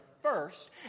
first